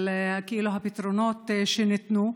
על כאילו הפתרונות שניתנו.